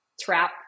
trap